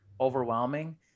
overwhelming